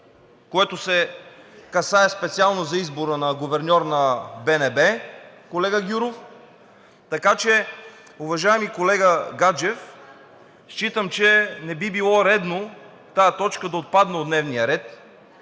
което касае специално избора на гуверньор на БНБ, колега Гюров. Така че, уважаеми колега Гаджев, считам, че не би било редно тази точка да отпадне от дневния ред,